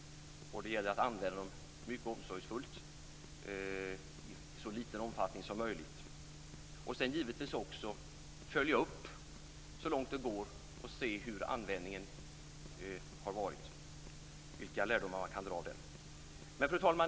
Det gäller att använda dem mycket omsorgsfullt och i så liten omfattning som möjligt, och sedan givetvis också följa upp användningen så långt det går, se hur den har varit och vilka lärdomar man kan dra av det. Fru talman!